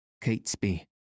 Catesby